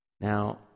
Now